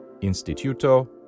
Instituto